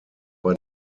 bei